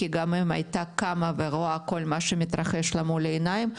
כי גם אם הייתה קמה ורואה כל מה שמתרחש לה מול העיניים,